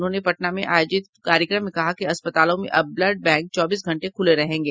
उन्होंने पटना में आयोजित कार्यक्रम में कहा कि अस्पतालों में अब ब्लड बैंक चौबीस घंटे खूले रहेंगे